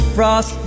Frost